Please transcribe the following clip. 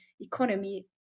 economy